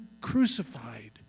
crucified